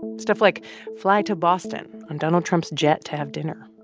and stuff like fly to boston on donald trump's jet to have dinner,